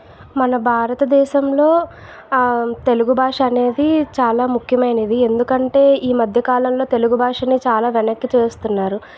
మన భారతదేశంలో తెలుగు భాష అనేది చాలా ముఖ్యమైనది ఎందుకంటే ఈమధ్య కాలంలో తెలుగు భాషని చాలా వెనక్కి తోస్తున్నారు